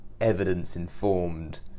evidence-informed